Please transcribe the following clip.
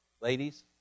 Ladies